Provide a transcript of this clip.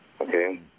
okay